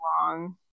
long